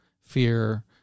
fear